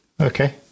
Okay